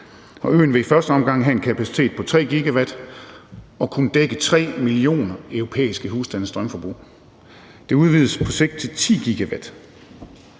Øen vil i første omgang have en kapacitet på 3 GW og kunne dække 3 millioner europæiske husstandes strømforbrug. Det udvides på sigt til 10 GW.